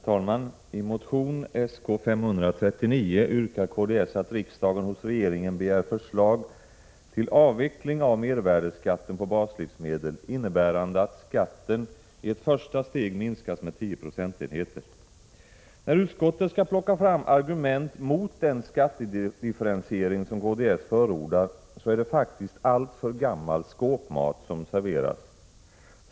Herr talman! I motion 1986/87:Sk539 yrkas att riksdagen hos regeringen begär förslag till avveckling av medvärdeskatten på baslivsmedel, innebärande att skatten i ett första steg minskas med 10 procentenheter. När utskottet skall plocka fram argument mot den skattedifferentiering som vi förordar är det faktiskt alltför gammal skåpmat som serveras.